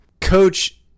Coach